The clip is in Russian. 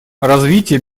развитие